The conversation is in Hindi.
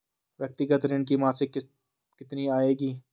व्यक्तिगत ऋण की मासिक किश्त कितनी आएगी?